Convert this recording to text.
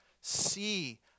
see